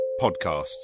podcasts